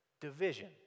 division